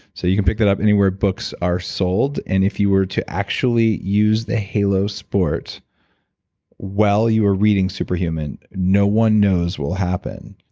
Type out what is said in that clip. so you can pick that up anywhere books are sold, and if you were to actually use the halo sport while you are reading super human, no one knows what will happen.